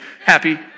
Happy